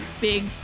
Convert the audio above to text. big